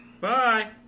Bye